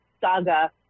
saga